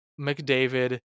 McDavid